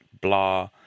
blah